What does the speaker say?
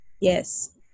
yes